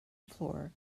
floor